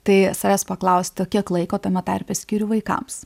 tai savęs paklausti tai kiek laiko tame tarpe skiriu vaikams